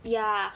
ya